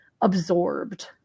absorbed